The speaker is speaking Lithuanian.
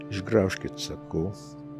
išgraužkit sakau